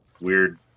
weird